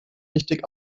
richtig